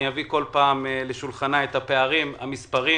אני אביא כל פעם לשולחנה את הפערים, את המספרים